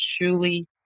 truly